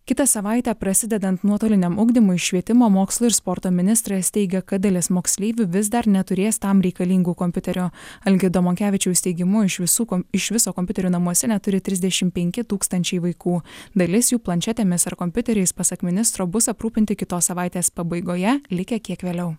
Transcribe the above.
kitą savaitę prasidedant nuotoliniam ugdymui švietimo mokslo ir sporto ministras teigia kad dalis moksleivių vis dar neturės tam reikalingų kompiuterių algirdo monkevičiaus teigimu iš visų kom iš viso kompiuterių namuose neturi trisdešimt penki tūkstančiai vaikų dalis jų planšetėmis ar kompiuteriais pasak ministro bus aprūpinti kitos savaitės pabaigoje likę kiek vėliau